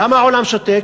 למה העולם שותק?